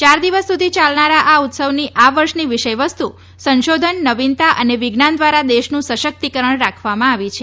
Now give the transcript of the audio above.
યાર દિવસ સુધી ચાલનારા આ મહોત્સવની આ વર્ષની વિષયવસ્ત સંશોધન નવીનતા અને વિજ્ઞાન દ્વારા દેશનું સશકિતકરણ રાખવામાં આવી છે